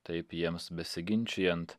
taip jiems besiginčijant